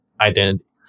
identity